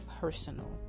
personal